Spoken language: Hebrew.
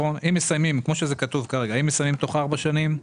כמו שזה כתוב כרגע, אם מסיימים תוך ארבע שנים,